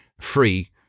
free